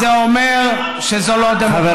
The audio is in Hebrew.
זה אומר שזו לא דמוקרטיה.